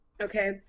Okay